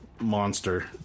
monster